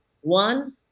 One